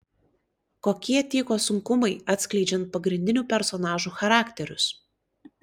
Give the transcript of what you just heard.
kokie tyko sunkumai atskleidžiant pagrindinių personažų charakterius